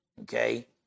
Okay